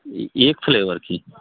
एक फ्लेवर की